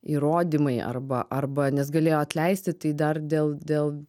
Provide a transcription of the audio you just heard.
įrodymai arba arba nes galėjo atleisti tai dar dėl dėl